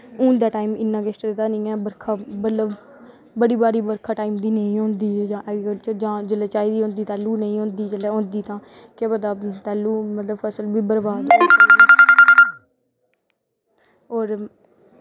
हून दै टैम इन्ना किश चलदा गै निं ऐ बरखां मतलब बड़ी बारी बरखा टाईम दी नेईं होंदी ऐग्रीकल्चर जां बरखा जिसलै चाहिदी होंदी उसलै नेईं होंदी जिसलै होंदी तां केह् पता उसलै फसल बर्बाद होर